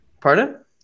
Pardon